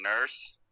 nurse